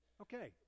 Okay